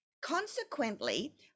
Consequently